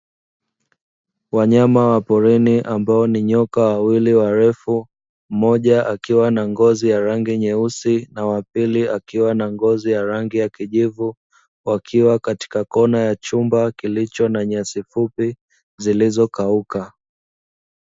Wanyama wa porini ambao ni nyoka wawili warefu, mmoja akiwa na ngozi ya rangi nyeusi, na wa pili akiwa na ngozi ya rangi ya kijivu, wakiwa katika kona ya chumba kilicho na nyasi fupi zilizokauka.